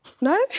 No